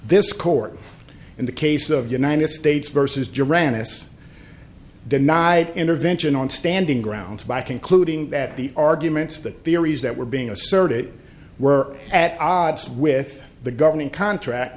this court in the case of united states vs duran has denied intervention on standing grounds by concluding that the arguments that theories that were being asserted were at odds with the government contract